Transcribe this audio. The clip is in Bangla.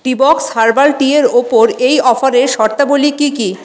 টিবক্স হার্বাল টি এর ওপর এই অফারের শর্তাবলী কী কী